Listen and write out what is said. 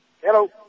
Hello